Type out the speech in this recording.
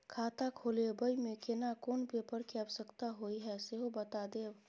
खाता खोलैबय में केना कोन पेपर के आवश्यकता होए हैं सेहो बता देब?